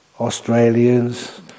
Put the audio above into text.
Australians